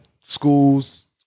schools